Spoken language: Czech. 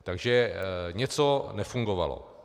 Takže něco nefungovalo.